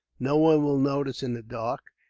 no one will notice, in the dark,